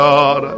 God